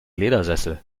ledersessel